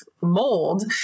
mold